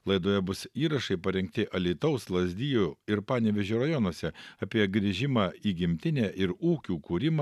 laidoje bus įrašai parengti alytaus lazdijų ir panevėžio rajonuose apie grįžimą į gimtinę ir ūkių kūrimą